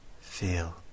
feel